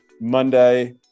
Monday